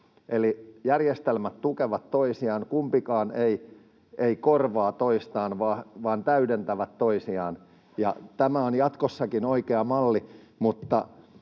järjestelmät tukevat toisiaan, kumpikaan ei korvaa toistaan vaan ne täydentävät toisiaan. Tämä on jatkossakin oikea malli, mutta